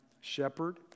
shepherd